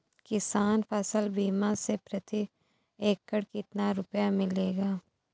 किसान फसल बीमा से प्रति एकड़ कितना रुपया मिलेगा?